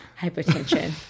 Hypertension